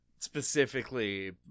Specifically